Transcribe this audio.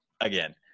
again